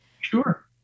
Sure